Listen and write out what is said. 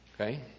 Okay